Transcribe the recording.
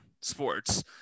sports –